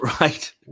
right